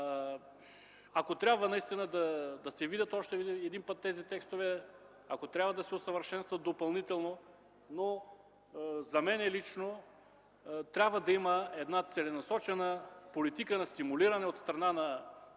Ако трябва да се видят още един път тези текстове, ако трябва да се усъвършенстват допълнително, но за мен лично трябва да има целенасочена политика на стимулиране от страна на